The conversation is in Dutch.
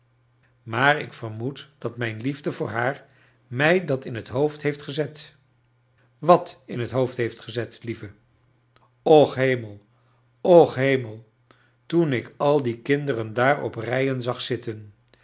maar ik vermoed dat mijn liefde voor haar mij dat in het hoofd heeft gezet wat in het hoofd gezet lieve och hemel och hemel toen ik a die kinderen daar op rijen zag zitten